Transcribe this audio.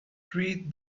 treat